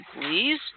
please